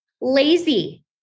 lazy